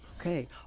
okay